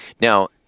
Now